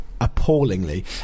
Appallingly